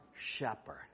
Shepherd